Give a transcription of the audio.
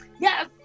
Yes